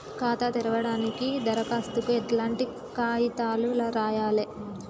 ఖాతా తెరవడానికి దరఖాస్తుకు ఎట్లాంటి కాయితాలు రాయాలే?